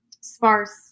sparse